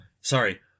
sorry